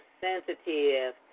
sensitive